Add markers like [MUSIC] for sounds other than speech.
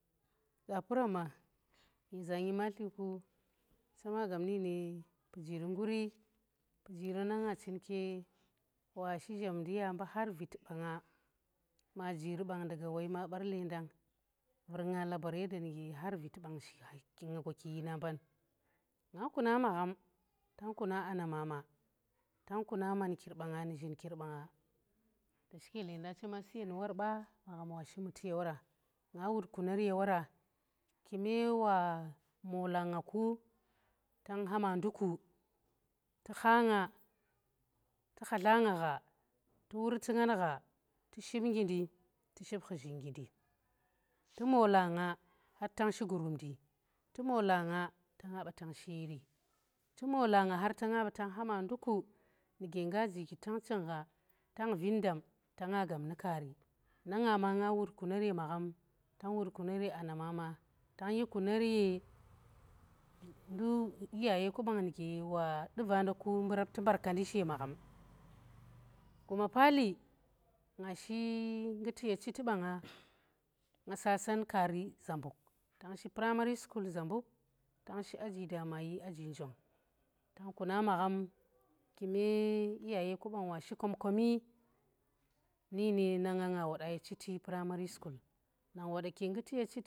Gapuramma Nyeze nyimatli ku chema gap ni ne pijiri nguri pujiri nanga chinke wa shi zhamndi ya mbu har viti baanga ma jiri bang daga woi ma bar lendang, vur nga labar yanda nuge har viti bang shi- he nga gwaki yina mban. [NOISE] Nga kuna magham tang kuna anna mama tang kuna maankir baa nga nu zhinkir baa nga dashike lenda chema su yen ba, [NOISE] magham wa shi muti ye wora, nga wut kunar ye wora, kume wa mola nga tu khatla nga gha tu wurtu ngan gha tu ship ngindi, tu mola nga ta nga har tang shi gurumndi tu mola nga ta nga ba tang shi yiri tu mola nga har ta nga ba tang ha ma nduku nu ge nga jiki tang ching gha tang vin dam ta nga gab nu kaari nanga ma nga wut [NOISE] kunar ye magham tang wud kunar ye anna mama, tang yi kunar ye nduk iyayeku bang nu ge wadu vaa nda mbu rapti mbarkandi she magham guma paali nga shi nguti ye chiti baa nga tan kaari zambuk, tang shi primary da ma yi njong tang kuna magham kume iyaye ku bang washi komkomi na [NOISE] nga nga wode ye chiti primary school.